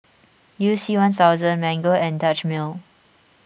You C one thousand Mango and Dutch Mill